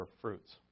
fruits